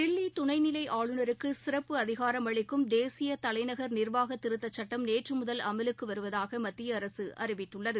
தில்லிதுணைநிலைஆளுநருக்குசிறப்பு அதிகாரம் அளிக்கும் தேசியதலைநகர் நிர்வாகதிருத்தச் சட்டம் நேற்றுமுதல் அமலுக்குவருவதாகமத்தியஅரசுஅறிவித்துள்ளது